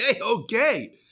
Okay